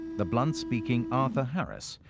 the blunt-speaking arthur harris,